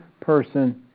person